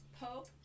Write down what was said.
Pope